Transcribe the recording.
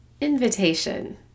invitation